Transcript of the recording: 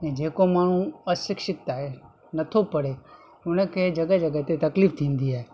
ऐं जेको माण्हू अशिक्षित आहे नथो पढ़े उन खे जॻहि जॻहि ते तकलीफ़ु थींदी आहे